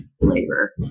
labor